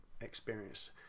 experience